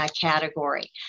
category